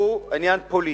הוא עניין פוליטי.